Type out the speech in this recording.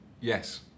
Yes